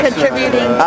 Contributing